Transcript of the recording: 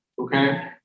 okay